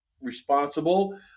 responsible